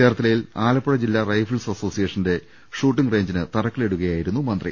ചേർത്ത ലയിൽ ആലപ്പുഴ ജില്ലാ റൈഫിൾസ് അസോസിയേഷന്റെ ഷൂട്ടിംഗ് റേഞ്ചിന് തറക്കല്ലിടുകയായിരുന്നു മന്ത്രി